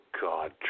God